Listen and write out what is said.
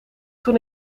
toen